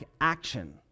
action